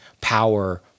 power